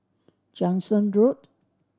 Jansen Road